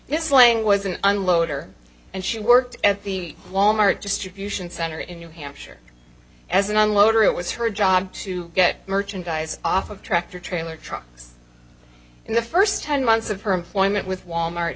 yes lang was an unloader and she worked at the wal mart distribution center in new hampshire as an unloader it was her job to get merchandise off of tractor trailer trucks in the first ten months of her employment with wal mart